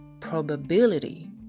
probability